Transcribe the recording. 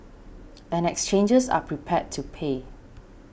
and exchanges are prepared to pay